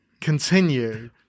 continue